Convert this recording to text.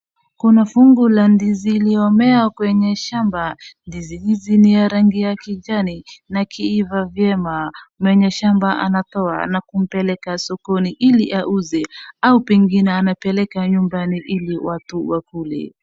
Kuna fungu la ndizi iliyomea kwenye shamba. Ndizi hizi ni ya rangi ya kijani na ikiiva vyema mwenye shamba anatoa na kupeleka sokoni ili auze au pengine anapeleka nyumbani ili watu wakule.